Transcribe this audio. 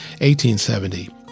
1870